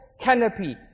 canopy